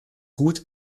gut